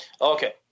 Okay